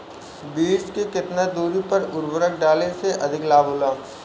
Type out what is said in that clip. बीज के केतना दूरी पर उर्वरक डाले से अधिक लाभ होला?